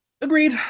Agreed